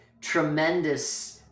tremendous